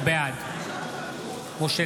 בעד משה